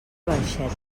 barxeta